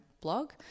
blog